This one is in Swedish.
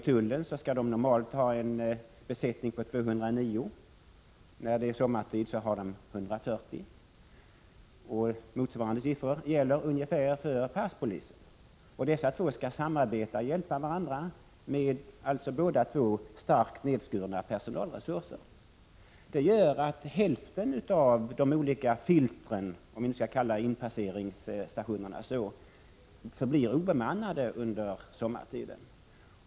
Tullen skall normalt ha en besättning på 209 tjänstemän, sommartid har man 140. Ungefär motsvarande siffror gäller för passpolisen. Dessa två myndigheter skall samarbeta och hjälpa varandra — båda två alltså med starkt nedskurna personalresurser. Det gör att hälften av de olika filtren, om vi kan kalla de olika inpasseringsstationerna så, förblir obemannade under sommaren.